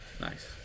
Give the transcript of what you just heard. Nice